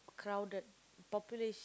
crowded population